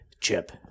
chip